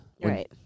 Right